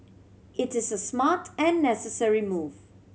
it is a smart and necessary move